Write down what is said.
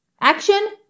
action